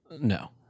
no